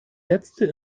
letzte